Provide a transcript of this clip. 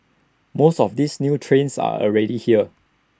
most of these new trains are already here